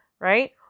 right